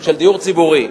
של דיור ציבורי.